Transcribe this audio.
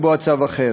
לקבוע צו אחר.